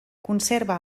conserva